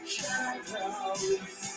Shadows